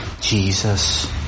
Jesus